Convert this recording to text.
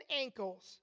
ankles